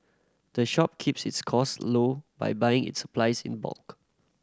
the shop keeps its costs low by buying its supplies in bulk